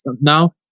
now